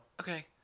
okay